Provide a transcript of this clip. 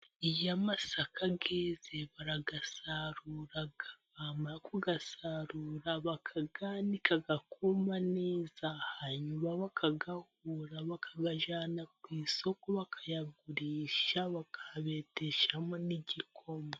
Iyo amasaka yeze barayasarura bamara kuyasarura bakayanika akuma neza, hanyuma bakayahura bakayajyana ku isoko bakayagurisha bakayabeteshamo n'igikoma.